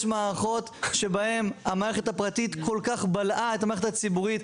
יש מערכות שבהם המערכת הפרטית בלעה כל כך את המערכת הציבורית,